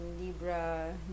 libra